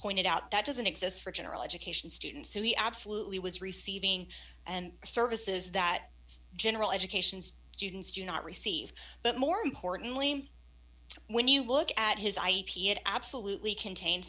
pointed out that doesn't exist for general education students who he absolutely was receiving and services that general education students do not receive but more importantly when you look at his it absolutely contain